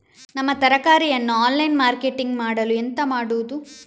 ನಮ್ಮ ತರಕಾರಿಯನ್ನು online marketing ಮಾಡಲು ಎಂತ ಮಾಡುದು?